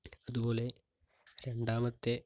അതുപോലെ രണ്ടാമത്തെ